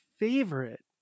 favorite